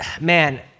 man